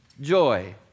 joy